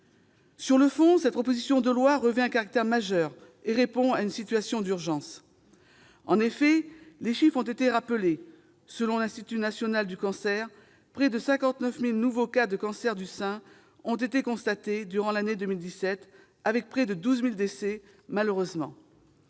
Sur le fond, cette proposition de loi revêt un caractère majeur et répond à une situation d'urgence. En effet, les chiffres ont été rappelés. Selon l'Institut national du cancer, près de 59 000 nouveaux cas de cancer du sein ont été constatés durant l'année 2017, avec près de 12 000 décès, malheureusement.